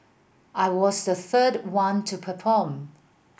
I was the third one to perform